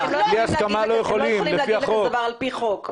בלי הסכמה לא יכולים לפי החוק.